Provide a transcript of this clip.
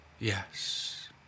Yes